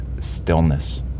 stillness